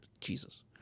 Jesus